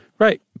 Right